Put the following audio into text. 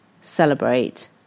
celebrate